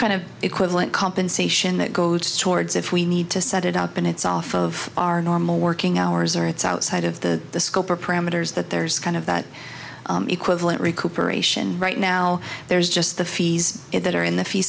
kind of equivalent compensation that goes towards if we need to set it up and it's off of our normal working hours or it's outside of the scope or parameters that there's kind of that equivalent recuperation right now there's just the fees that are in the few